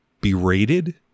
berated